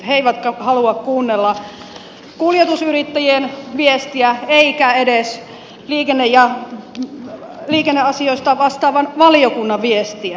he eivät halua kuunnella kuljetusyrittäjien viestiä eivätkä edes liikenneasioista vastaavan valiokunnan viestiä